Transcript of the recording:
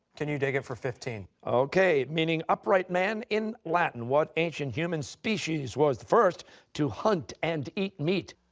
can you dig it for fifteen. costa okay, meaning upright man in latin, what ancient human species was the first to hunt and eat meat?